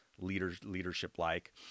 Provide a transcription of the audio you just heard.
leadership-like